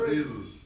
Jesus